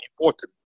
important